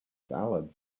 salad